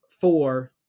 four